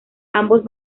ambos